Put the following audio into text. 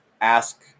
ask